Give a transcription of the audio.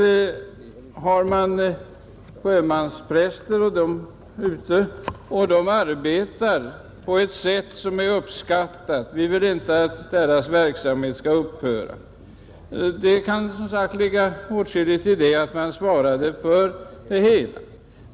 Vi har sjömanspräster utomlands som utför ett uppskattat arbete, och vi vill inte att deras verksamhet skall upphöra, Då kan det ju ligga åtskilligt i att staten skall svara för hela lönen till dem.